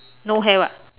no hair [what]